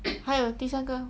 还有第三个